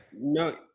No